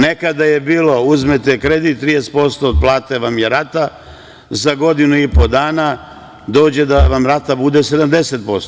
Nekada je bilo uzmete kredit, 30% od plate vam je rata, za godinu i po dana dođe da vam rata bude 70%